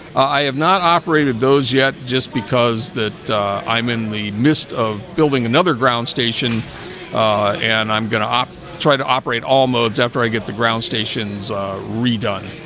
i have not operated those yet just because that i'm in the midst of building another ground station and i'm gonna um try to operate all modes after i get the ground stations redone,